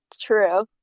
True